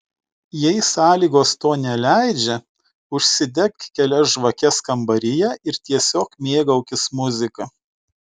jei sąlygos to neleidžia užsidek kelias žvakes kambaryje ir tiesiog mėgaukis muzika